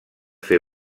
fer